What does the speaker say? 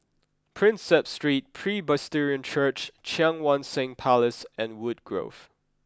Prinsep Street Presbyterian Church Cheang Wan Seng Place and Woodgrove